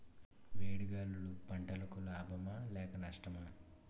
వేడి గాలులు పంటలకు లాభమా లేక నష్టమా?